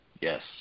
Yes